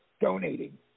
donating